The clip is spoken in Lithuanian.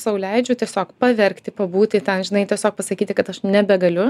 sau leidžiu tiesiog paverkti pabūti ten žinai tiesiog pasakyti kad aš nebegaliu